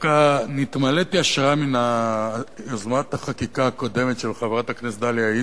דווקא נתמלאתי השראה מיוזמת החקיקה הקודמת של חברת הכנסת דליה איציק,